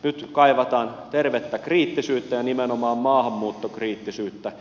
nyt kaivataan tervettä kriittisyyttä ja nimenomaan maahanmuuttokriittisyyttä